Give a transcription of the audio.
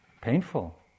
Painful